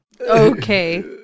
Okay